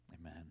Amen